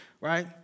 right